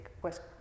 pues